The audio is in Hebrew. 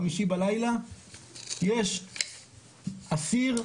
חמישי בלילה יש אסיר,